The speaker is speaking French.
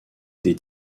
été